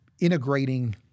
integrating